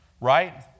Right